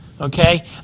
Okay